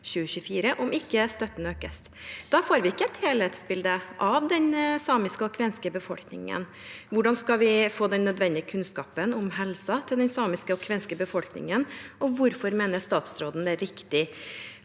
2024 om ikke støtten økes. Da får vi ikke et helhetsbilde av den samiske og kvenske befolkningen. Hvordan skal vi få den nødvendige kunnskapen om helsa til den samiske og kvenske befolkningen, og hvorfor mener statsråden det er riktig